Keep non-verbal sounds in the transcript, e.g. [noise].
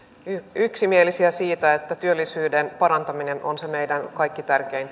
yksimielisiä siitä että työllisyyden parantaminen on se meidän kaikkein tärkein [unintelligible]